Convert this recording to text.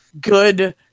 good